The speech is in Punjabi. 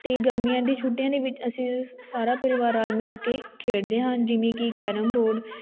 ਅਤੇ ਗਰਮੀਆਂ ਦੀਆਂ ਛੁੱਟੀਆਂ ਦੇ ਵਿੱਚ ਅਸੀਂ ਸਾਰਾ ਪਰਿਵਾਰ ਰਲ ਮਿਲ ਕੇ ਖੇਡਦੇ ਹਨ ਜਿਵੇਂ ਕਿ ਕੈਰਮ ਬੋਰਡ